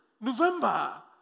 November